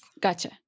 Gotcha